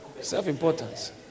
Self-importance